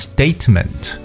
Statement